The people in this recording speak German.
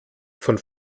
von